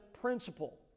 principle